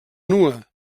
nua